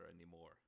anymore